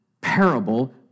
parable